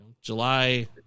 July